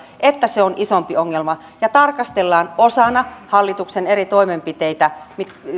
että se on isompi ongelma ja sitä tarkastellaan osana hallituksen eri toimenpiteitä